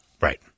Right